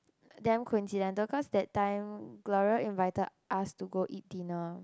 damn coincidental cause that time Gloria invited us to go eat dinner